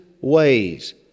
ways